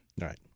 Right